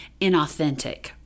inauthentic